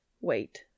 Wait